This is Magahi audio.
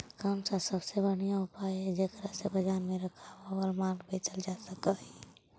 कौन सा सबसे बढ़िया उपाय हई जेकरा से बाजार में खराब होअल माल बेचल जा सक हई?